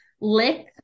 lick